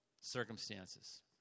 circumstances